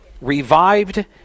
revived